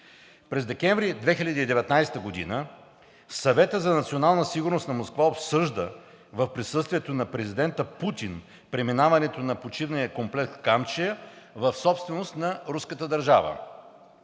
През декември 2019 г. Съветът за национална сигурност на Москва обсъжда в присъствието на президента Путин преминаването на почивния комплекс „Камчия“ в собственост на руската държава.